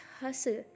hustle